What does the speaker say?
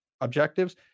Objectives